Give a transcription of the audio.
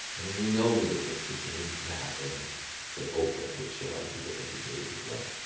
and we know the difference between that and say oprah, which a lot of people think is news as well.